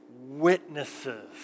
witnesses